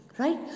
Right